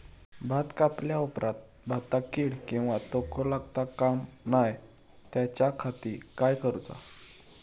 भात कापल्या ऑप्रात भाताक कीड किंवा तोको लगता काम नाय त्याच्या खाती काय करुचा?